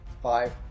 Five